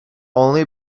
only